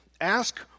Ask